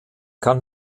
kann